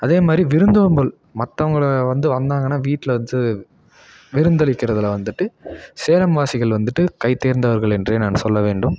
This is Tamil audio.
அதேமாதிரி விரும்தோம்பல் மற்றவங்கள வந்து வந்தாங்கன்னால் வீட்டில் வெச்சு விருந்தளிக்கிறதில் வந்துட்டு சேலம்வாசிகள் வந்துட்டு கைத்தேர்ந்தவர்கள் என்றே நான் சொல்ல வேண்டும்